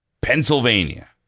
pennsylvania